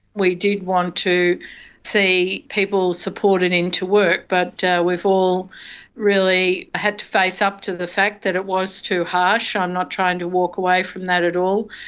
we did want to see people supported into work. but we've all really had to face up to the fact that it was too harsh. i'm not trying to walk away from that at all.